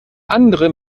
andere